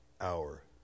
hour